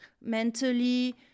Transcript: mentally